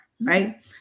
right